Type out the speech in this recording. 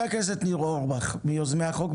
חבר הכנסת ניר אורבך, מיוזמי החוק.